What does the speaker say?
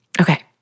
Okay